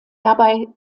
dabei